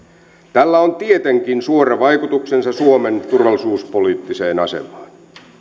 tällä on tietenkin suora vaikutuksensa suomen turvallisuuspoliittiseen asemaan